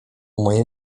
mojej